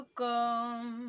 come